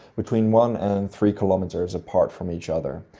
between one and three kilometres apart from each other,